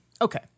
okay